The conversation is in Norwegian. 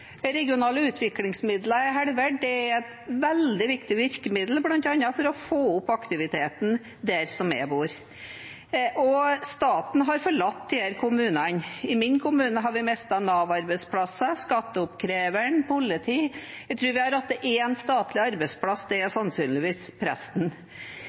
regionale utviklingsmidlene er halvert. Det er et veldig viktig virkemiddel bl.a. for å få opp aktiviteten der jeg bor. Og staten har forlatt disse kommunene. I min kommune har vi mistet Nav-arbeidsplasser, skatteoppkreveren, politiet – jeg tror vi har igjen én statlig arbeidsplass, og det er sannsynligvis presten.